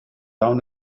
down